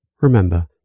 Remember